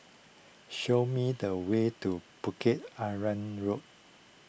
show me the way to Bukit Arang Road